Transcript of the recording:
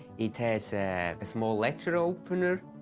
it has a small letter opener.